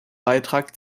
beitrag